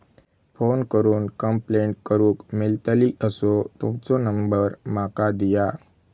Phone करून complaint करूक मेलतली असो तुमचो नंबर माका दिया?